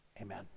amen